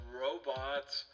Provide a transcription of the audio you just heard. robots